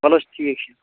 ولہٕ حظ ٹھیٖک چھُ